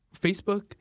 Facebook